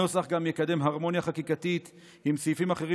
הנוסח גם יקדם הרמוניה חקיקתית עם סעיפים אחרים